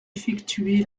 effectuer